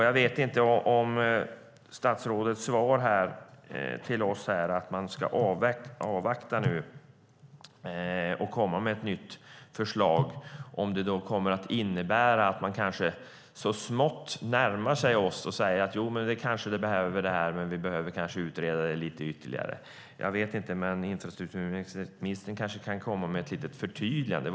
Jag vet inte om statsrådets svar till oss här, att man ska avvakta och komma med ett nytt förslag, kommer att innebära att man så smått närmar sig oss och säger att detta kanske behövs men måste utredas lite ytterligare. Infrastrukturministern kan väl komma med ett litet förtydligande.